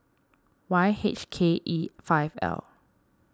Y H K E five L